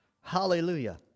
Hallelujah